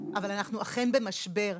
אבל אנחנו אכן במשבר.